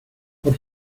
por